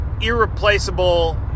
irreplaceable